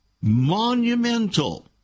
monumental